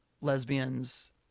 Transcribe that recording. lesbians